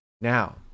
Now